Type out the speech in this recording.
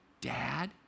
Dad